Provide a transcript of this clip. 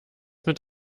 mit